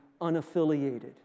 unaffiliated